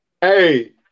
Hey